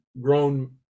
grown